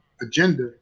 agenda